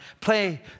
Play